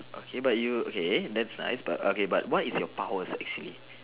okay but you okay that's nice but okay but what is your powers actually